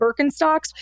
Birkenstocks